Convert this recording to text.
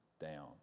down